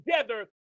together